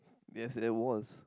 yes there was